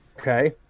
Okay